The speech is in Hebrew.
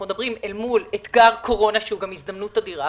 אנחנו מדברים אל מול אתגר קורונה שהוא גם הזדמנות אדירה,